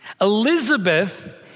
Elizabeth